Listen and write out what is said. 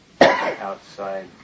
outside